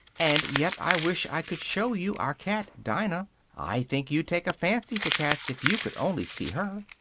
and yet i wish i could show you our cat dinah i think you'd take a fancy to cats if you could only see her.